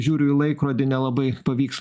žiūriu į laikrodį nelabai pavyks